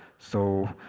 so,